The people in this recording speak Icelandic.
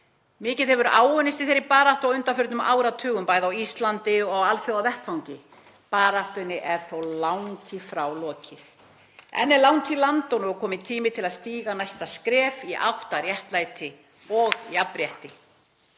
Mikið hefur áunnist í þeirri baráttu á undanförnum áratugum, bæði á Íslandi og á alþjóðavettvangi. Baráttunni er þó ekki lokið. Enn er langt í land og nú er kominn tími til að stíga næsta skref í átt að réttlæti og jafnrétti.